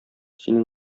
синең